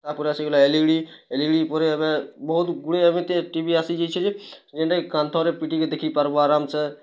ତାପରେ ଆସି ଗଲା L E D L E D ପରେ ଏବେ ବହୁତ୍ ଗୁଡ଼ିଏ ଏମିତି ଟିଭି ଆସି ଯାଇଛି ଯେ ଯେନ୍ତା କି କାନ୍ଥରେ ପିଟିକି ଦେଖି ପାର୍ବା ଆରାମ୍ ସେ